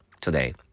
today